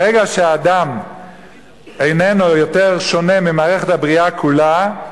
ברגע שהאדם איננו יותר שונה ממערכת הבריאה כולה,